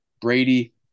Brady